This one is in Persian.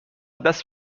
دست